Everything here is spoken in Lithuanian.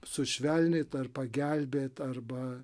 sušvelnint ar pagelbėt arba